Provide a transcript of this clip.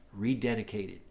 rededicated